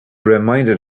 reminded